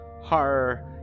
horror